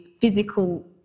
physical